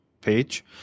page